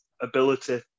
ability